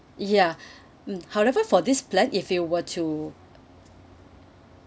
ya mmhmm however for this plan if you were to